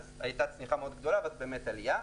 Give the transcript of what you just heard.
והייתה צניחה מאוד גדולה ובאמת עלייה,